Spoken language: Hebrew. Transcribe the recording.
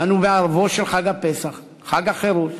אנו בערבו של חג הפסח, חג החירות,